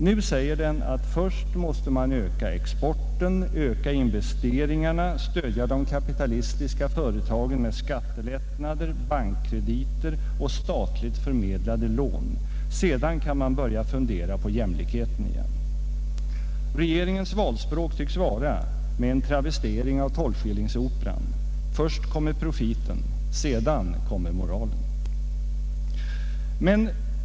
Nu säger den att först måste man öka exporten, öka investeringarna, stödja de kapitalistiska företagen med skattelättnader, bankkrediter och statligt förmedlade lån, sedan kan man börja fundera på jämlikheten igen. Regeringens valspråk tycks vara, med en travestering av Tolvskillingsoperan: Först kommer profiten, sedan kommer moralen.